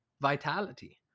Vitality